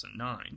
2009